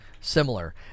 similar